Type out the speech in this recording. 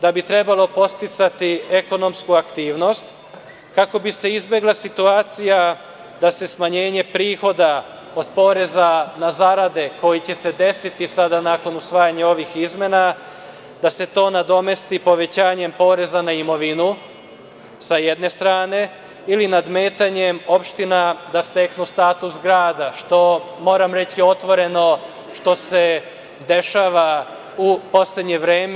Da bi trebalo podsticati ekonomsku aktivnost kako bi se izbegla situacija da se smanjenje prihoda od poreza na zarade koje će se desiti nakon usvajanja ovih izmena, da se to nadomesti povećanjem poreza na imovinu, sa jedne strane, ili nadmetanjem opština da steknu status grada, što moram reći otvoreno što se dešava u poslednje vreme.